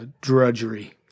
drudgery